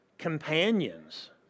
Companions